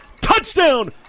Touchdown